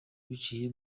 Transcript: biciye